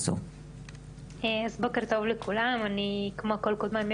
האלימות שמדברים עליה אנחנו לא קיבלנו שיש